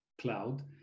cloud